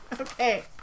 Okay